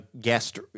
guest